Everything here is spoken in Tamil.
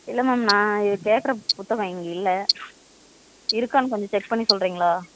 இல்லை மேம் நான் கேட்கற புத்தகம் இங்கே இல்லை இருக்கான்னு கொஞ்சம் செக் பண்ணி சொல்லுறீங்களா